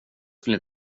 skulle